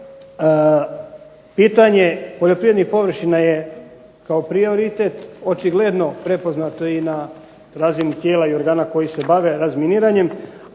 pitanje poljoprivrednih površina kao prioritet očigledno prepoznato i na razni tijela i organa koje se bave razminiranjem.